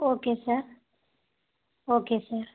okay sir okay sir